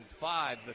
five